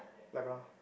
light brown